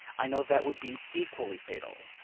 i know that would be equally fatal.